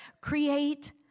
Create